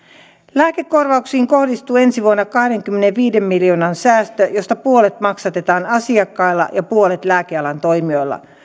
lääkekorvauksiin kohdistuu ensi vuonna kahdenkymmenenviiden miljoonan säästö josta puolet maksatetaan asiakkailla ja puolet lääkealan toimijoilla